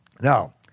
Now